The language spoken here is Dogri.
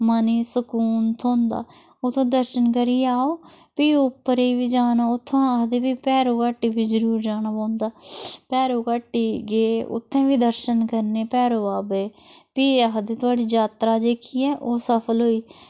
मनै गी सकून थ्होंदा उत्थें दर्शन करियै आओ फ्ही उप्परै बी जाना उत्थूं आखदे फ्ही भैरो घाटी बी जरूर जाना पौंदा भैरो घाटी गे उत्थें बी दर्शन करने भैरो बाबे दे फ्ही आखदे थुआढ़ी जात्तरा जेह्की ऐ ओह् सफल होई